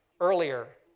earlier